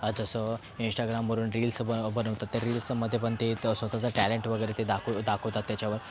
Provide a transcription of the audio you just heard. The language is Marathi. आज जसं इंस्टाग्रामवरून रिल्स बन बनवतात त्या रिल्समध्ये पण ते स्वतःचं टॅलेंट वगैरे ते दाख दाखवतात त्याच्यावर